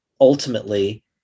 ultimately